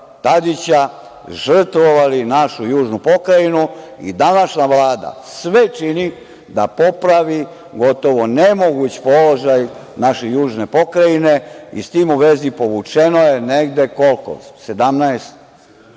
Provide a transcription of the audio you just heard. Tadića žrtvovali našu južnu pokrajinu. Današnja Vlada sve čini da popravi gotovo nemoguć položaj naše južne pokrajine. S tim u vezi, povučeno je negde 17